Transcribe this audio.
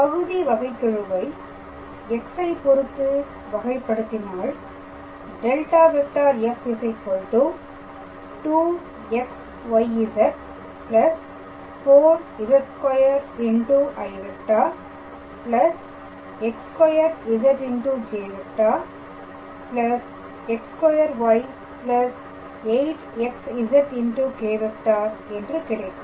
பகுதி வகைகெழுவை x ஐ பொருத்து வகைப்படுத்தினால் ∇⃗⃗ f 2xyz 4z2i x2zj x2y 8xzk̂ என்று கிடைக்கும்